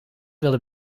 wilde